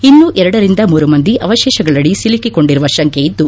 ಇನ್ನೂ ಎರಡರಿಂದ ಮೂರು ಮಂದಿ ಅವಶೇಷಗಳಡಿ ಸಿಲುಕೊಂಡಿರುವ ಶಂಕೆಯಿದ್ದು